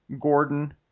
gordon